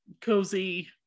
cozy